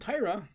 Tyra